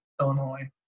Illinois